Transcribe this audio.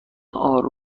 آرام